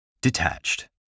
Detached